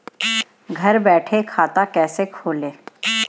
घर बैठे खाता कैसे खोलें?